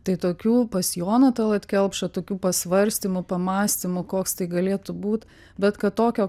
tai tokių pas joną talat kelpšą tokių pasvarstymų pamąstymų koks tai galėtų būt bet kad tokio